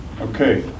Okay